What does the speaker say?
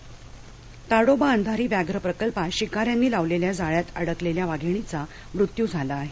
वाघीण शिकार ताडोबा अंधारी व्याघ्र प्रकल्पात शिकाऱ्यांनी लावलेल्या जाळ्यात अडकलेल्या वाघीणीचा मृत्यू झाला आहे